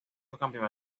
campeonato